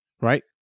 right